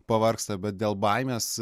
pavargsta bet dėl baimės